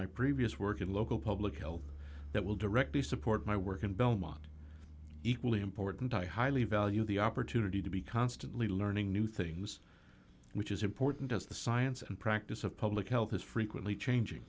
my previous work in local public health that will directly support my work in belmont equally important i highly value the opportunity to be constantly learning new things which is important as the science and practice of public health is frequently changing